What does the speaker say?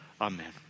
amen